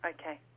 Okay